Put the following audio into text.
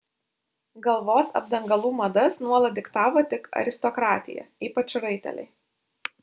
galvos apdangalų madas nuolat diktavo tik aristokratija ypač raiteliai